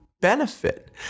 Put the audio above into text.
Benefit